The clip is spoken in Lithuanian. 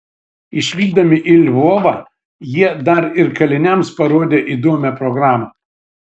išvykdami į lvovą jie dar ir kaliniams parodė įdomią programą